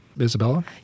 Isabella